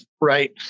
Right